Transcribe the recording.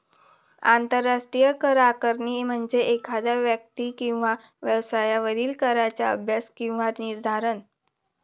आंतरराष्ट्रीय कर आकारणी म्हणजे एखाद्या व्यक्ती किंवा व्यवसायावरील कराचा अभ्यास किंवा निर्धारण